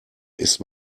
ist